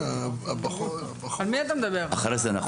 באמת נזהרים